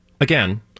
again